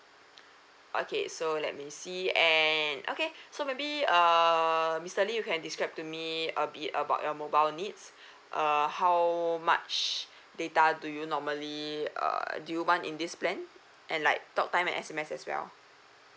okay so let me see and okay so maybe err mister lee you can describe to me a bit about your mobile needs err how much data do you normally uh do you want in this plan and like talk time and S_M_S as well